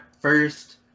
first